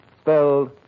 spelled